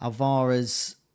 Alvarez